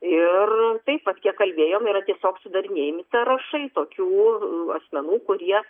ir taip vat kiek kalbėjom yra tiesiog sudarinėjami sąrašai tokių asmenų kurie